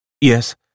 Yes